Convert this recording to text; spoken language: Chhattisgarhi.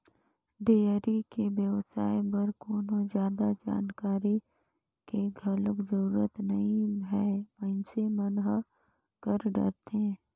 डेयरी के बेवसाय बर कोनो जादा जानकारी के घलोक जरूरत नइ हे मइनसे मन ह कर डरथे